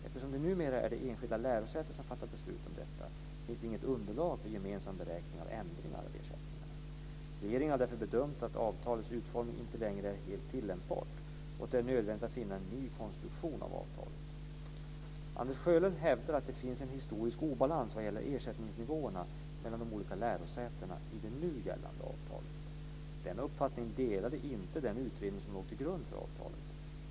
Eftersom det numera är det enskilda lärosätet som fattar beslut om detta finns det inget underlag för gemensam beräkning av ändring av ersättningarna. Regeringen har därför bedömt att avtalets utformning inte längre är helt tillämpbar och att det är nödvändigt att finna en ny konstruktion av avtalet. Anders Sjölund hävdar att det finns en historisk obalans vad gäller ersättningsnivåerna mellan de olika lärosätena i det nu gällande avtalet. Denna uppfattning delade inte den utredning som låg till grund för avtalet.